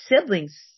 siblings